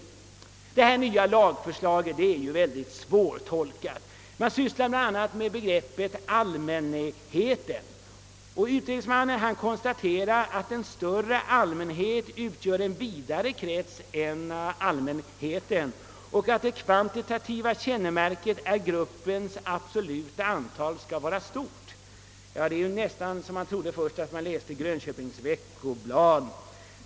Det nya lagförslaget är mycket svårtolkat. Man sysslar bl.a. med begreppet »allmänheten». Utredningsmannen konstaterar att en större allmänhet utgör en vidare krets än allmänheten och att det kvantitativa kännemärket är att gruppens absoluta antal är stort. Det är nästan så att man först trodde att man läste Grönköpings Veckoblad.